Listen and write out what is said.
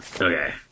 Okay